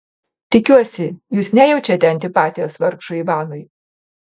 tikiuosi jūs nejaučiate antipatijos vargšui ivanui